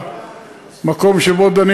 אם כי בדרך כלל,